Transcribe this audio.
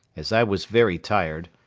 as i was very tired,